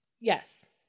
Yes